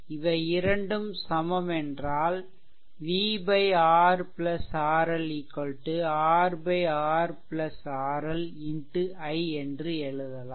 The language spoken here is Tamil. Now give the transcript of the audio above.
இவை இரண்டும் சமம் என்றால் v RRL R RRL X i என்று எழுதலாம்